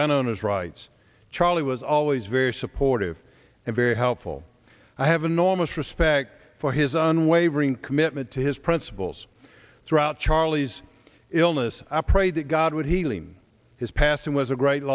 owner's rights charlie was always very supportive and very helpful i have enormous respect for his unwavering commitment to his principles throughout charlie's illness i pray that god would healing his passing was a great